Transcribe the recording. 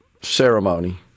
ceremony